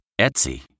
Etsy